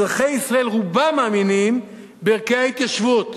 אזרחי ישראל, רובם מאמינים בערכי ההתיישבות,